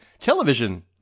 television